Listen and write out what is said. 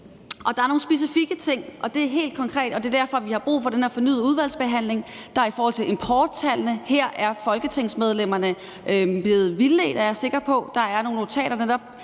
Der er nogle specifikke ting, og det er helt konkret. Og det er derfor, at vi har brug for den her fornyede udvalgsbehandling. I forhold til importtallene er folketingsmedlemmerne blevet vildledt, er jeg sikker på. Der er nogle notater, der